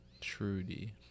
Trudy